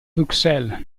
bruxelles